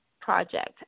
Project